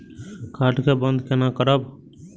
Card के बन्द केना करब?